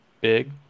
Big